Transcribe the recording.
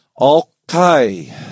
Okay